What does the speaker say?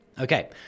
Okay